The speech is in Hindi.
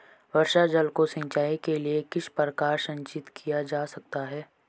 वर्षा जल को सिंचाई के लिए किस प्रकार संचित किया जा सकता है?